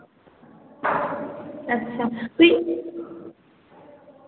अच्छा फिर